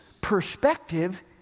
perspective